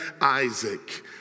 Isaac